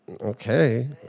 Okay